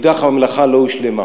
מצד שני,